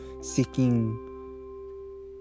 seeking